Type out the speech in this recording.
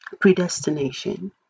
predestination